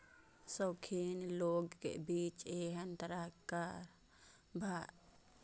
शौकीन लोगक बीच एहन तरहक घर बहुत लोकप्रिय होइ छै